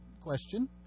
question